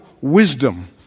wisdom